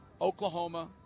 Oklahoma